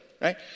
right